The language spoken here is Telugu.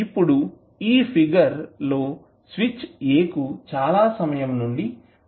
ఇప్పుడు ఈ ఫిగర్ లో స్విచ్ a కు చాలా సమయం నుండి కలపబడి వుంది